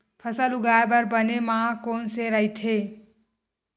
फसल उगाये बर बने माह कोन से राइथे?